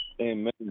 Amen